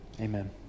Amen